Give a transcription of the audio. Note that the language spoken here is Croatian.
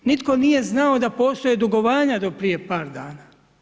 Nitko nije znao da postoje dugovanja do prije par dana.